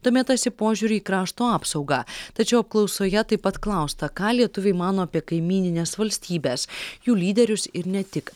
domėtasi požiūriu į krašto apsaugą tačiau apklausoje taip pat klausta ką lietuviai mano apie kaimynines valstybes jų lyderius ir ne tik